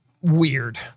weird